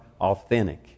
authentic